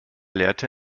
lehrte